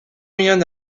rien